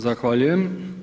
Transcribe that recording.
Zahvaljujem.